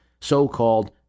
so-called